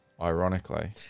ironically